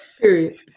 Period